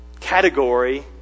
category